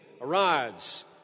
arrives